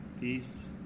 Peace